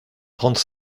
trente